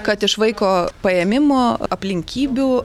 kad iš vaiko paėmimo aplinkybių